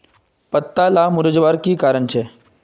पत्ताला मुरझ्वार की कारण छे?